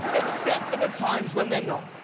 except for the times when they're not.